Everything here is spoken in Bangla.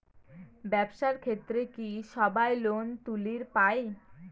ব্যবসার ক্ষেত্রে কি সবায় লোন তুলির পায়?